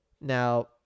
Now